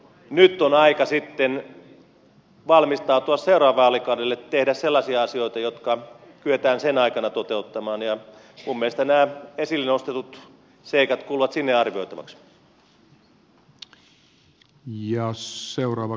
nyt on aika sitten valmistautua seuraavalle vaalikaudelle tehdä sellaisia asioita jotka kyetään sen aikana toteuttamaan ja minun mielestäni nämä esille nostetut seikat kuuluvat sinne arvioitavaksi